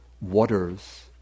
waters